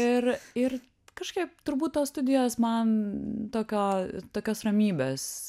ir ir kažkaip turbūt tos studijos man tokio tokios ramybės